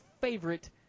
favorite